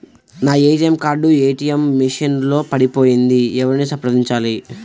నా ATM card ATM machine లో పడిపోయింది ఎవరిని సంప్రదించాలి?